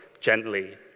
gently